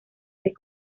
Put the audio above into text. seis